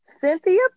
cynthia